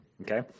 Okay